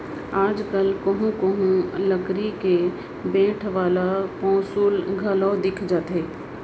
आज कल कोहूँ कोहूँ लकरी के बेंट वाला पौंसुल घलौ दिख जाथे